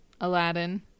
aladdin